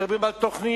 מדברים על תוכניות,